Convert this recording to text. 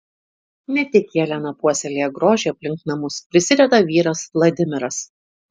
ne tik jelena puoselėja grožį aplink namus prisideda vyras vladimiras